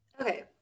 Okay